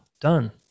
done